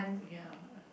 ya